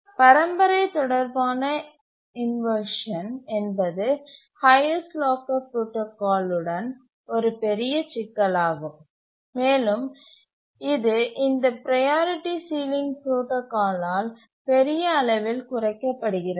பரம்பரை தொடர்பான இன்வர்ஷன் என்பது ஹைஎஸ்ட் லாக்கர் புரோடாகால் யுடன் ஒரு பெரிய சிக்கலாகும் மேலும் இது இந்த ப்ரையாரிட்டி சீலிங் புரோடாகால் யால் பெரிய அளவில் குறைக்கப்படுகிறது